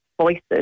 voices